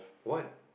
what